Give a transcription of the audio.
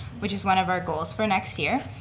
which is one of our goals for next year.